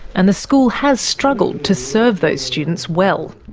and the school has struggled to serve those students well.